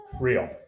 real